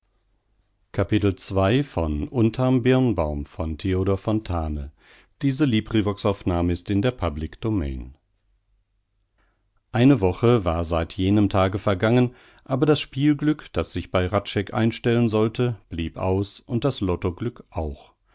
eine woche war seit jenem tage vergangen aber das spielglück das sich bei hradscheck einstellen sollte blieb aus und das lottoglück auch